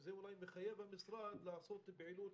שזה אולי מחייב את המשרד לעשות פעילות